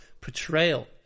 portrayal